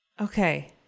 Okay